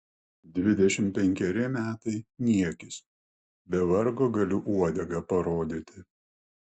dvidešimt penkeri metai niekis be vargo galiu uodegą parodyti